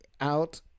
out